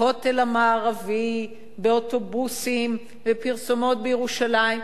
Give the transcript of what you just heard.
בכותל המערבי, באוטובוסים, בפרסומות בירושלים.